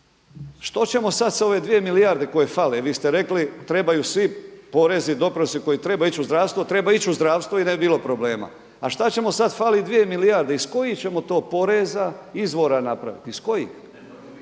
Što ćemo sad sa ove dvije milijarde koje fale? Vi ste rekli trebaju svi porezi i doprinosi koji trebaju ići u zdravstvo treba ići u zdravstvo i ne bi bilo problema. A šta ćemo sad? Fali dvije milijarde. Iz kojih ćemo to poreza, izvora napraviti. I kojih?